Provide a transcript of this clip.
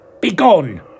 Begone